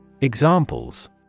Examples